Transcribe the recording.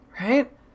right